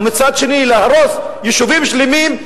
ומצד שני להרוס יישובים שלמים,